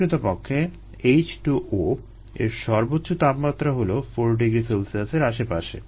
প্রকৃতপক্ষে H2O এর সর্বোচ্চ তাপমাত্রা হলো 4 ºC এর আশেপাশে